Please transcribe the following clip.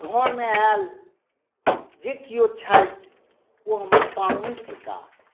घरमे आएल जे केओ छथि ओ हमर पाहुन थिकाह